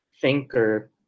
thinker